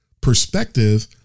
perspective